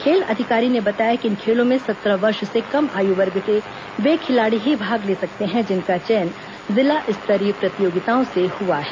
खेल अधिकारी ने बताया कि इन खेलों में सत्रह वर्ष से कम आयु वर्ग के वे खिलाड़ी ही भाग ले सकते हैं जिनका चयन जिला स्तरीय प्रतियोगिता से हुआ है